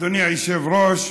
אדוני היושב-ראש,